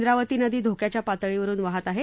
ब्रावती नदी धोक्याच्या पातळीवरुन वाहत आहे